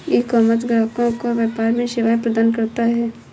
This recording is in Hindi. ईकॉमर्स ग्राहकों को व्यापार में सेवाएं प्रदान करता है